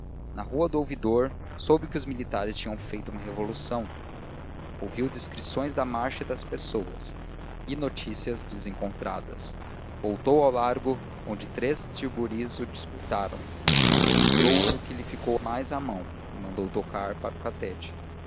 na rua do ouvidor soube que os militares tinham feito uma revolução ouviu descrições da marcha e das pessoas e notícias desencontradas voltou ao largo onde três tilburies o disputaram ele entrou no que lhe ficou mais à mão e mandou tocar para o catete